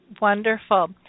Wonderful